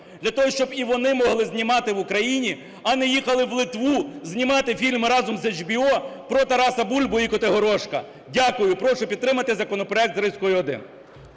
для того, щоб і вони могли знімати в Україні, а не їхали в Литву знімати фільм разом з HBO про Тараса Бульбу і Котигорошка. Дякую. Прошу підтримати законопроект з рискою 1.